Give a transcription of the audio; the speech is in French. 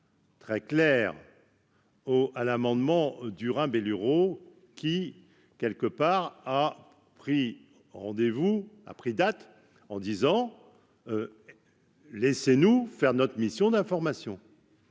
très claires. Oh à l'amendement du Rhin qui quelque part a pris rendez vous a pris date en disant : laissez-nous faire notre mission d'information.